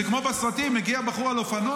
זה כמו בסרטים: מגיע בחור על אופנוע,